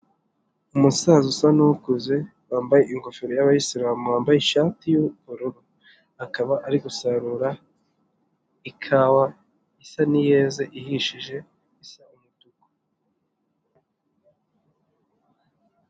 umusaza usa n'ukuze wambaye ingofero y'abayisilamu wambaye ishati y'ubururu ,akaba ari gusarura ikawa isa n'iyeze ihishije isa umutuku.